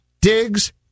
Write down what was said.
Diggs